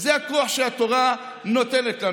וזה הכוח שהתורה נותנת לנו.